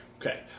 Okay